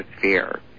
fear